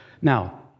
Now